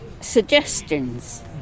suggestions